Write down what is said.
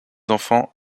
enfants